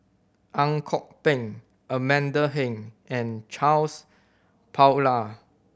Ang Kok Peng Amanda Heng and Charles Paglar